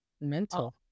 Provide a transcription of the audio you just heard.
Mental